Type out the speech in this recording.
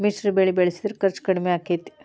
ಮಿಶ್ರ ಬೆಳಿ ಬೆಳಿಸಿದ್ರ ಖರ್ಚು ಕಡಮಿ ಆಕ್ಕೆತಿ?